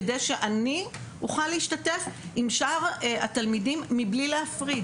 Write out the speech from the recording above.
כדי שאני אוכל להשתתף עם שאר התלמידים מבלי להפריד,